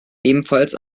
ebenfalls